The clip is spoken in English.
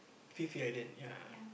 Phi-Phi-Island ya